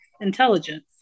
intelligence